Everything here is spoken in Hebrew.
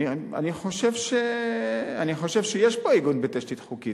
2, אני חושב שיש פה עיגון בתשתית חוקית.